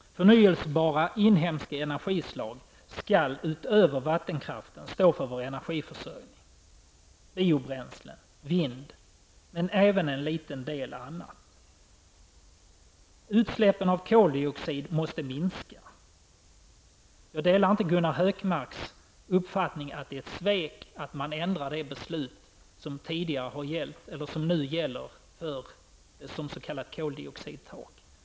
Förnyelsebara, inhemska energislag skall utöver vattenkraften stå för vår energiförsörjning, t.ex. biobränslen, vindkraft och även en liten del annat. Utsläppen av koldioxid måste minska. Jag delar inte Gunnar Hökmarks uppfattning att det är ett svek att ändra det beslut som nu gäller, det s.k. koldioxidtaket.